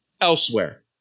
elsewhere